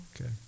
okay